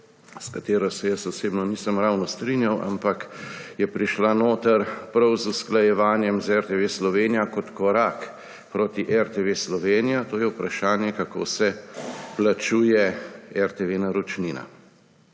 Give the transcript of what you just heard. s katero se jaz osebno nisem ravno strinjal, ampak je prišla noter prav z usklajevanjem z RTV Slovenija kot korak proti RTV Slovenija. To je vprašanje, kako se plačuje naročnina